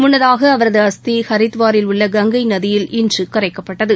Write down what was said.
முன்னதாக அவரது அஸ்தி ஹரித்வாரில் உள்ள கங்கை நதியில் இன்று கரைக்கப்பட்டது